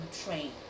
train